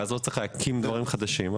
ולא צריך להקים דברים חדשים.